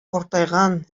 картайган